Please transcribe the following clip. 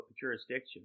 jurisdiction